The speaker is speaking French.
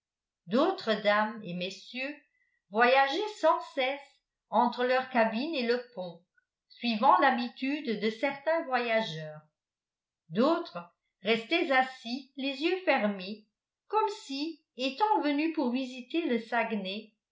d'autres dames et messieurs voyageaient sans cesse entre leurs cabines et le pont suivant l'habitude de certains voyageurs d'autres restaient assis les yeux fermés comme si étant venu pour visiter le saguenay